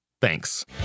Thanks